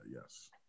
Yes